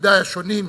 בתפקידי השונים,